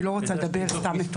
אני לא רוצה לומר סתם נתונים.